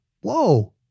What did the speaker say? whoa